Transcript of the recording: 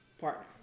partner